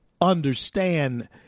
understand